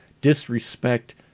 disrespect